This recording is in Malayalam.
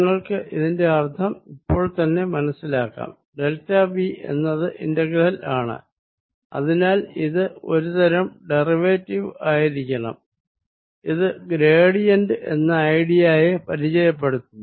നിങ്ങൾക്ക് ഇതിന്റെ അർഥം ഇപ്പോൾത്തന്നെ മനസിലാക്കാം ഡെൽറ്റ V എന്നത് ഇന്റഗ്രൽ ആണ് അതിനാൽ ഇത് ഒരു തരം ഡെറിവേറ്റീവ് ആയിരിക്കണം ഇത് ഗ്രേഡിയന്റ് എന്ന ഐഡിയയെ പരിചയപ്പെടുത്തുന്നു